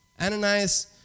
Ananias